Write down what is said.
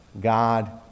God